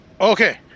Okay